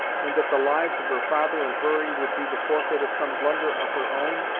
and that the lives of her father and hurry would be the forfeit of some blunder of her own,